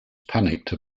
panicked